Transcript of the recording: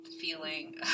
feeling